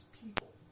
people